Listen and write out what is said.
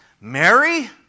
Mary